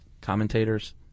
commentators